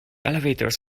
elevators